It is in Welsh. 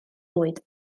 lwyd